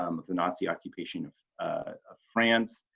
um of the nazi occupation of ah france